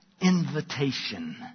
invitation